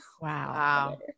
wow